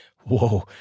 Whoa